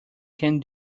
can